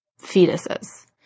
fetuses